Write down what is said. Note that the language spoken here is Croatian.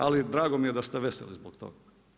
Ali drago mi je da ste veseli zbog toga.